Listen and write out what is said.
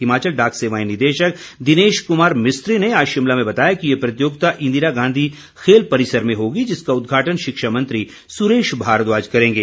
हिमाचल डाक सेवाएं निदेशक दिनेश कुमार मिस्त्री ने आज शिमला में बताया कि ये प्रतियोगिता इंदिरा गांधी खेल परिसर में होगी जिसका उद्घाटन शिक्षा मंत्री सुरेश भारद्वाज करेंगे